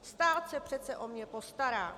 Stát se přece o mě postará.